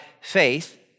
faith